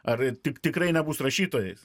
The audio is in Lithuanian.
ar tik tikrai nebus rašytojais